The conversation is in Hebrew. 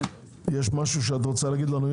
יש משהו שאת רוצה להגיד לנו?